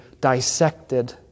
dissected